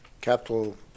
capital